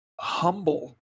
humble